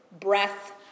breath